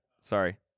Sorry